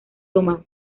tomar